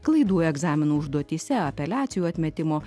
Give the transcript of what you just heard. klaidų egzaminų užduotyse apeliacijų atmetimo